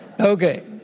Okay